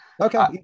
Okay